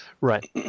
Right